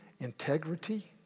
integrity